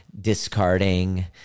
discarding